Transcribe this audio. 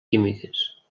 químiques